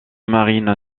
marine